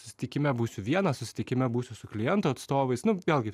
susitikime būsiu vienas susitikime būsiu su kliento atstovais nu vėlgi